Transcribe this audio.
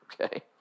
Okay